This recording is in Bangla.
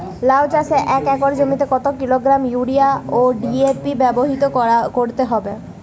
লাউ চাষে এক একর জমিতে কত কিলোগ্রাম ইউরিয়া ও ডি.এ.পি ব্যবহার করতে হবে?